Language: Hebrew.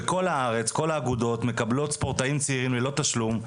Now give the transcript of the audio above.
כל האגודות בכל הארץ מקבלות ספורטאים צעירים ללא תשלום,